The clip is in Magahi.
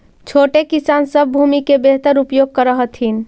छोटे किसान सब भूमि के बेहतर उपयोग कर हथिन